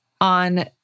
on